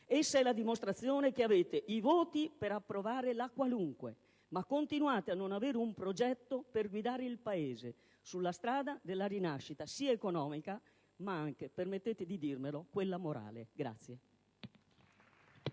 Essa è la dimostrazione che avete i voti per approvare «la qualunque», ma continuate a non avere un progetto per guidare il Paese sulla strada della rinascita, sia economica, ma anche - permettetemi di dirlo - morale.